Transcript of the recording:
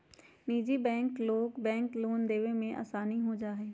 निजी लोग से बैंक के लोन देवे में आसानी हो जाहई